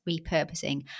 repurposing